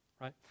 right